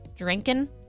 drinking